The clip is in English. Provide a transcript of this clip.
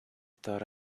thought